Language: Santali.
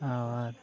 ᱟᱵᱟᱨ